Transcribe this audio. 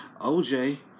OJ